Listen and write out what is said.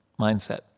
mindset